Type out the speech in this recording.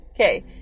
Okay